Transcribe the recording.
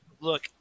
Look